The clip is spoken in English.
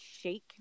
shake